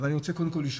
אבל אני רוצה קודם לשמוע.